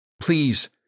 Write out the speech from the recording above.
Please